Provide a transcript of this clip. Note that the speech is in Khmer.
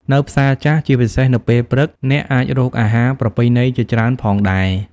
នៅផ្សារចាស់ ជាពិសេសនៅពេលព្រឹក អ្នកអាចរកអាហារប្រពៃណីជាច្រើនផងដែរ ។